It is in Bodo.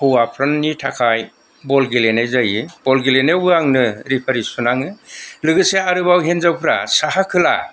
हौवाफोरनि थाखाय बल गेलेनाय जायो बल गेलेनायावबो आंनो रेफरि सुनाङो लोगोसे आरोबाव हिनजावफ्रा साहा खोला